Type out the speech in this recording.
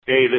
Hey